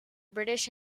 british